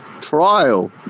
trial